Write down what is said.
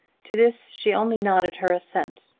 to this she only nodded her assent.